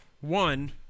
one